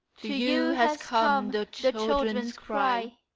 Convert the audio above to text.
to you has come the children's cry,